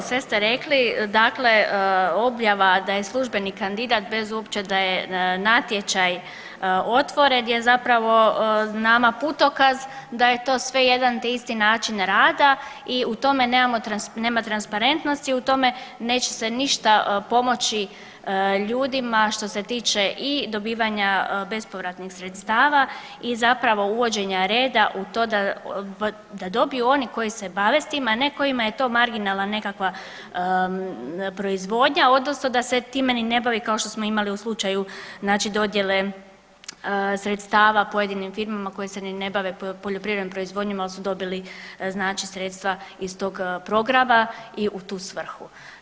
Pa evo sve ste rekli, dakle objava da je službeni kandidat bez uopće da je natječaj otvoren je zapravo nama putokaz da je to sve jedan te isti način rada i u tome nema transparentnosti, u tome neće se ništa pomoći ljudima što se tiče dobivanja i bespovratnih sredstava i zapravo uvođenja reda u to da dobiju oni koji se bave s tim, a ne kojima je to marginalna nekakva proizvodnja, odnosno da se time ni ne bavi kao što smo imali u slučaju znači dodjele sredstava pojedinim firmama koje se ni ne bave poljoprivrednom proizvodnjom ali su dobili, znači sredstva iz tog programa i u tu svrhu.